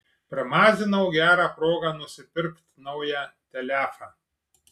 pramazinau gerą progą nusipirkt naują telefą